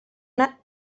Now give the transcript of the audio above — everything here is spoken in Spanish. una